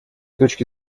точки